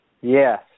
Yes